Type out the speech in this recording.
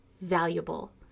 valuable